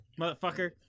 motherfucker